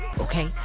okay